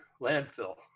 landfill